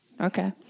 Okay